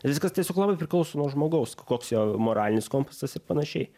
viskas tiesiog labai priklauso nuo žmogaus koks jo moralinis kompasas ir panašiai